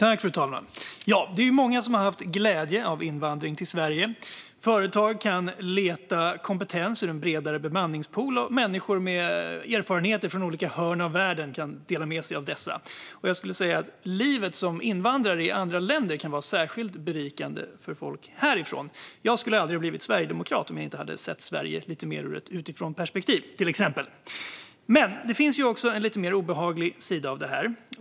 Fru talman! Det är många som har haft glädje av invandring till Sverige. Företag kan leta kompetens ur en bredare bemanningspool, och människor med erfarenheter från olika hörn av världen kan dela med sig av dessa. Livet som invandrare i andra länder kan vara särskilt berikande för folk härifrån. Jag skulle till exempel aldrig ha blivit sverigedemokrat om jag inte hade sett Sverige lite mer ur ett utifrånperspektiv. Det finns dock en lite mer obehaglig sida av detta.